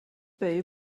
bay